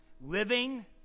Living